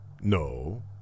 No